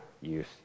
use